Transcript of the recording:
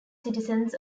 citizens